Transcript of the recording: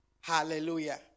Hallelujah